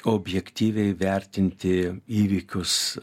objektyviai vertinti įvykius